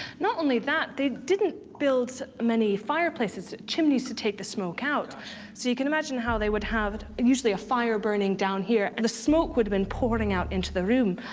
not only that, they didn't build many fireplaces chimneys to take the smoke out, so you can imagine how they would have usually a fire burning down here, and the smoke would have been pouring out into the room.